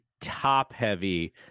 top-heavy